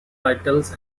titles